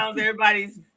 everybody's